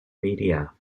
media